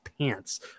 pants